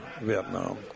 Vietnam